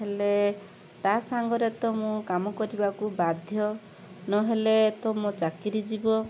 ହେଲେ ତା' ସାଙ୍ଗରେ ତ ମୁଁ କାମ କରିବାକୁ ବାଧ୍ୟ ନହେଲେ ତ ମୋ ଚାକିରୀ ଯିବ